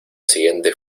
siguiente